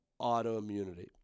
autoimmunity